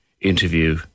interview